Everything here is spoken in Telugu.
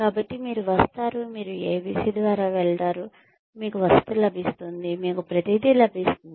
కాబట్టి మీరు వస్తారు మీరు abc ద్వారా వెళ్ళండి మీకు వసతి లభిస్తుంది మీకు ప్రతిదీ లభిస్తుంది